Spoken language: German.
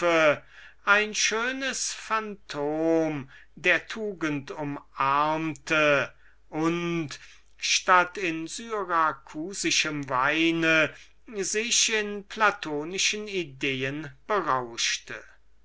ein schönes phantom der tugend umarmte und statt in syracusischem weine sich in platonischen ideen berauschte und